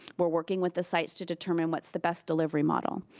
we're working with the sites to determine what's the best delivery model.